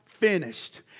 Finished